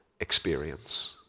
experience